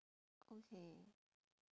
okay